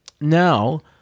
Now